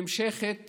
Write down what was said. נמשכת